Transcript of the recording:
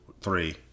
three